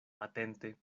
atente